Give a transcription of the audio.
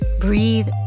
breathe